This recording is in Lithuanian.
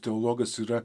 teologas yra